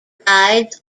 guides